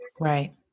right